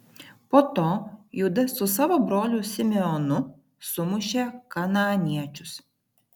po to judas su savo broliu simeonu sumušė kanaaniečius